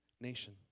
nation